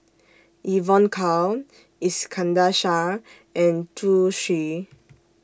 Evon Kow Iskandar Shah and Zhu Xu